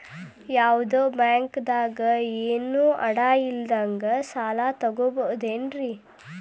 ಯಾವ್ದೋ ಬ್ಯಾಂಕ್ ದಾಗ ಏನು ಅಡ ಇಲ್ಲದಂಗ ಸಾಲ ತಗೋಬಹುದೇನ್ರಿ?